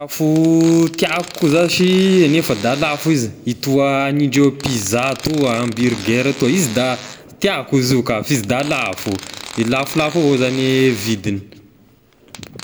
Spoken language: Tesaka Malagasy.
Sakafo tiako zashy nefa da lafo izy, itoa ny ndreo pizza toa, hamburger toa, izy da tiako izy io ka fa izy da lafo, e lafolafo avao zagny e vidigny.